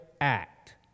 act